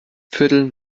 viertel